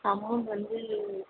amount வந்து